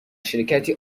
شرکتی